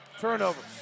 turnovers